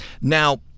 now